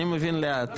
אני מבין לאט.